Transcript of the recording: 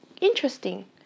interesting